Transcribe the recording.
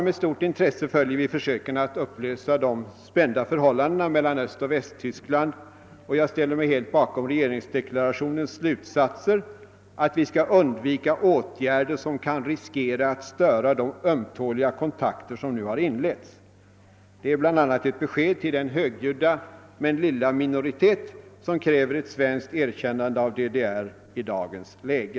Med stort intresse följer vi försöken att upplösa de spända förhållandena mellan Östoch Västtyskland, och jag ställer mig helt bakom regeringsdeklarationens slutsatser, att vi skall undvika åtgärder som kan riskera att störa de ömtåliga kontakter som nu inletts. Det är bl.a. ett besked till den högljudda men lilla minoritet, som kräver ett svenskt erkännande av DDR i dagens läge.